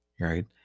Right